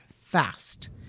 fast